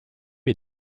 est